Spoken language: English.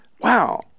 wow